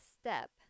step